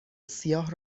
سیاه